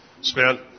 spent